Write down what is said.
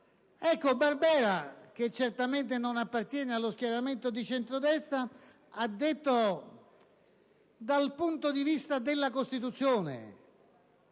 Rodotà; Barbera, che certamente non appartiene allo schieramento di centrodestra, ha detto che dal punto di vista della Costituzione,